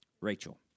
Rachel